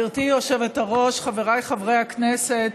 גברתי היושבת-ראש, חבריי חברי הכנסת,